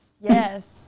Yes